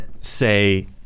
say